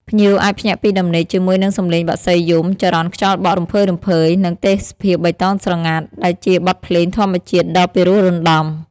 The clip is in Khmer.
ភ្ញៀវអាចភ្ញាក់ពីដំណេកជាមួយនឹងសំឡេងបក្សីយំ ចរន្តខ្យល់បក់រំភើយៗ និងទេសភាពបៃតងស្រងាត់ ដែលជាបទភ្លេងធម្មជាតិដ៏ពិរោះរណ្តំ។